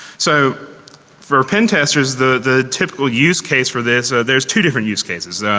so for pentesters, the typical use case for this, there's two different use cases.